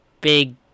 big